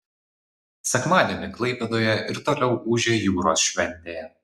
sekmadienį klaipėdoje ir toliau ūžė jūros šventė